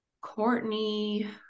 Courtney